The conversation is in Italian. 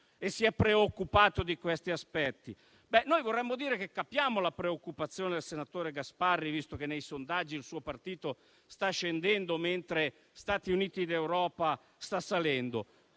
e si è preoccupato di questi aspetti. Noi vorremmo dire che capiamo la preoccupazione del senatore Gasparri, visto che nei sondaggi il suo partito sta scendendo mentre Stati Uniti d'Europa sta salendo.